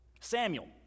Samuel